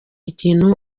ikintu